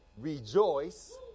rejoice